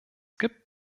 gibt